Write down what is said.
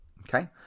Okay